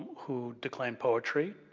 who declaimed poetry.